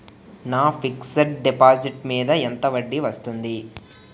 నా fixed deposit మీద ఎంత వడ్డీ వస్తుంది?